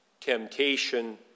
temptation